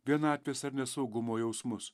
vienatvės ar nesaugumo jausmus